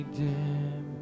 dim